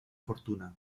fortuna